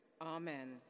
Amen